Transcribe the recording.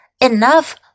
Enough